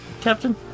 Captain